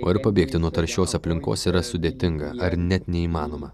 o ir pabėgti nuo taršios aplinkos yra sudėtinga ar net neįmanoma